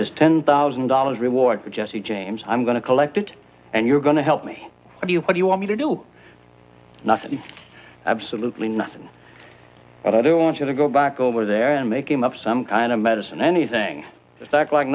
there's ten thousand dollars reward for jesse james i'm going to collect it and you're going to help me do what you want me to do nothing absolutely nothing but i don't want you to go back over there and making up some kind of medicine anything just act like